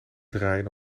draaien